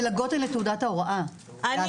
המלגות הן לתעודת ההוראה, היא מדברת על התואר.